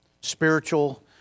spiritual